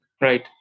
Right